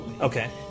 Okay